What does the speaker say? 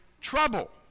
trouble